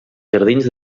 jardins